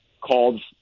called